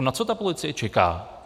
Na co policie čeká?